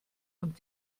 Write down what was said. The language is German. und